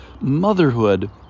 motherhood